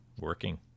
working